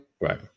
Right